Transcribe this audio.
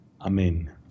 Amen